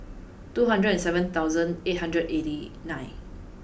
two hundred and seven thousand eight hundred eighty nine